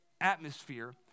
atmosphere